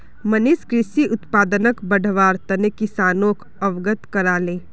मनीष कृषि उत्पादनक बढ़व्वार तने किसानोक अवगत कराले